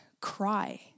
cry